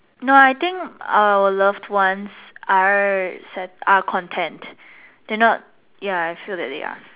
no I think our love ones are san~ are content they are not ya I feel that they are